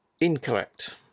Incorrect